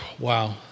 Wow